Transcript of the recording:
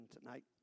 tonight